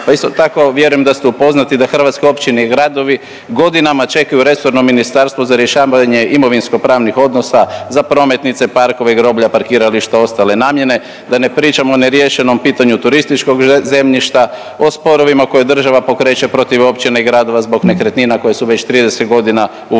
pa isto tako vjerujem da ste upoznati da hrvatske općine i gradovi godinama čekaju resorno ministarstvo za rješavanje imovinskopravnih odnosa za prometnice, parkove i groblja, parkirališta i ostale namjene, da ne pričam o neriješenom pitanju turističkog zemljišta, o sporovima koje država pokreće protiv općina i gradova zbog nekretnina koje su već 30.g. u vlasništvu